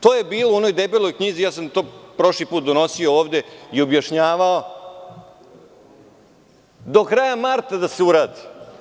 To je bilo u onoj debeloj knjizi, ja sam to prošli put donosio ovde i objašnjavao, do kraja marta da se uradi.